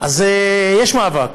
אז יש מאבק.